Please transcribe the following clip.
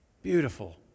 Beautiful